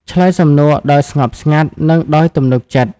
ឆ្លើយសំណួរដោយស្ងប់ស្ងាត់ និងដោយទំនុកចិត្ត។